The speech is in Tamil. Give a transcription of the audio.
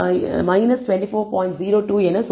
02 என சொல்லும்